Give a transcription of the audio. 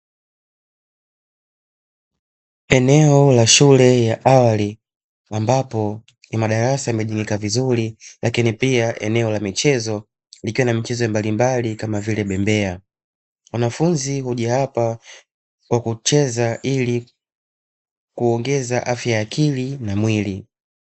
Eneo la shule ya awali, ambapo ni madarasa yamegawanyika vizuri, lakini pia eneo la michezo likiwa na michezo mbalimbali, kama vile bembea. Wanafunzi huja hapa kwa kucheza ili kuongeza afya ya akili na mwili.